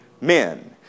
men